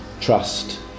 trust